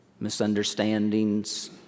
misunderstandings